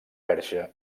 perxa